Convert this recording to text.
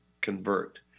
convert